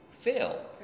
fail